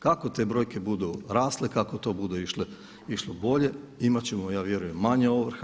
Kako te brojke budu rasle, kako to bude išlo bolje imat ćemo ja vjerujem manje ovrha.